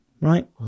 right